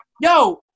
yo